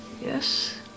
Yes